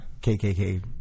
KKK